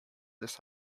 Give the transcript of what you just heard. this